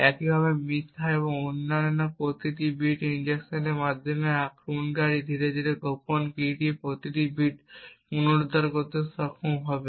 একইভাবে মিথ্যা এবং অন্য প্রতিটি বিট ইনজেকশনের মাধ্যমে আক্রমণকারী ধীরে ধীরে গোপন কীটির প্রতিটি বিট পুনরুদ্ধার করতে সক্ষম হবে